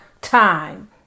time